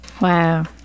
Wow